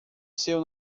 seu